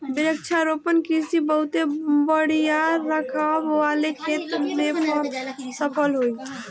वृक्षारोपण कृषि बहुत बड़ियार रकबा वाले खेत में सफल होई